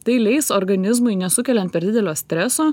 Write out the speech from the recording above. tai leis organizmui nesukeliant per didelio streso